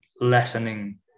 lessening